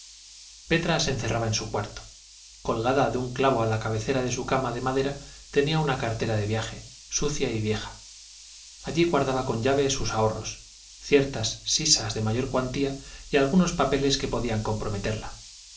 petra se encerraba en su cuarto colgada de un clavo a la cabecera de su cama de madera tenía una cartera de viaje sucia y vieja allí guardaba con llave sus ahorros ciertas sisas de mayor cuantía y algunos papeles que podían comprometerla